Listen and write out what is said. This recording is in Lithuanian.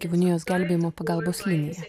gyvūnijos gelbėjimo pagalbos liniją